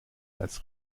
als